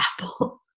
apple